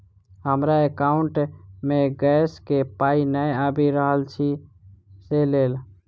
हमरा एकाउंट मे गैस केँ पाई नै आबि रहल छी सँ लेल?